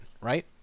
right